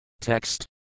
Text